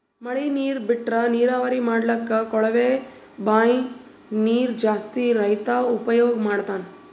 ಮಳಿ ನೀರ್ ಬಿಟ್ರಾ ನೀರಾವರಿ ಮಾಡ್ಲಕ್ಕ್ ಕೊಳವೆ ಬಾಂಯ್ ನೀರ್ ಜಾಸ್ತಿ ರೈತಾ ಉಪಯೋಗ್ ಮಾಡ್ತಾನಾ